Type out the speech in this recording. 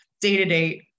day-to-day